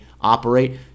operate